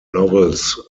novels